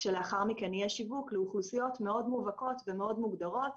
כשלאחר מכן יהיה שיווק לאוכלוסיות מאוד מובהקות ומאוד מגודרות.